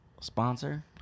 sponsor